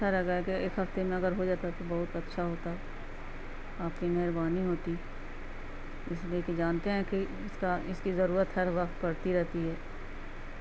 اچرگا ہے کہ ایک ہفتے میں اگر ہو جاتا تو بہت اچھا ہوتا آپ کی مہربانی ہوتی اس لیے کہ جانتے ہیں کہ اس کا اس کی ضرورت ہر وقت پڑتی رہتی ہے